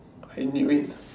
I knew it